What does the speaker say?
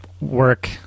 work